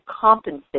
compensate